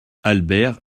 albert